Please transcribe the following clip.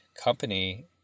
company